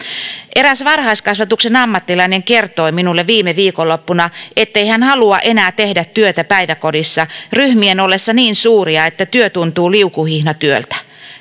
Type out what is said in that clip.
eräs varhaiskasvatuksen ammattilainen kertoi minulle viime viikonloppuna ettei hän halua enää tehdä työtä päiväkodissa ryhmien ollessa niin suuria että työ tuntuu liukuhihnatyöltä